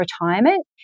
retirement